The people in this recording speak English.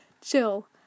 chill